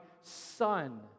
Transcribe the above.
son